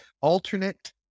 alternate